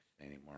anymore